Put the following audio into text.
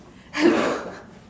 hello